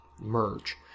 merge